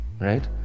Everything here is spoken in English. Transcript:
right